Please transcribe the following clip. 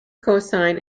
cosine